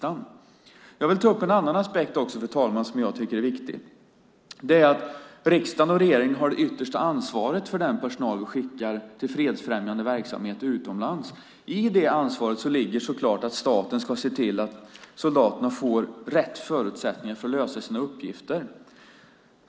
Jag vill också ta upp en annan aspekt som jag tycker är viktig. Det är riksdagen och regeringen som har det yttersta ansvaret för den personal som vi skickar till fredsfrämjande verksamhet utomlands. I det ansvaret ligger såklart att staten ska se till att soldaterna får rätt förutsättningar för att lösa sina uppgifter.